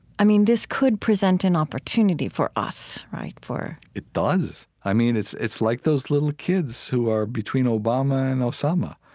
i mean, this could present an opportunity for us, right? for, it does. i mean, it's it's like those little kids who are between obama and osama.